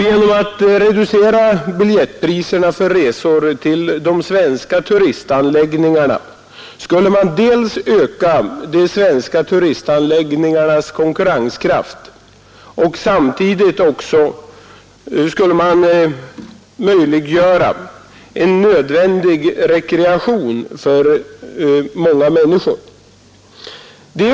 Genom att reducera bljettpriserna för resor till de svenska turistanläggningarna skulle man dels öka dessa anläggningars konkurrenskraft, dels möjliggöra en nödvändig rekreation för många människor.